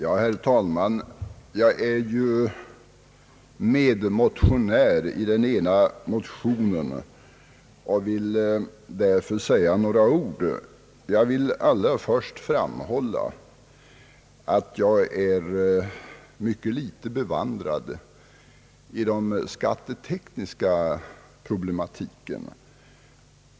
Herr talman! Jag är medmotionär i den ena motionen och vill därför säga några ord. Allra först vill jag framhålla att jag är mycket litet bevandrad i den skattetekniska problematiken.